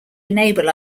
enable